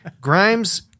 Grimes